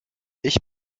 ich